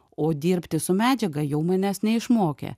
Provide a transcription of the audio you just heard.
o dirbti su medžiaga jau manęs neišmokė